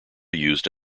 used